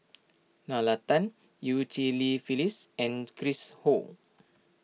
Nalla Tan Eu Cheng Li Phyllis and Chris Ho